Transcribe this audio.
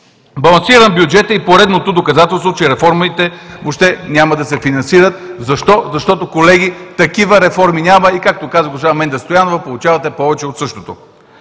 Балансиран бюджет е и поредното доказателство, че реформите въобще няма да се финансират. Защо? Защото, колеги, такива реформи няма и както каза госпожа Менда Стоянова – получавате повече от същото.